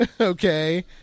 Okay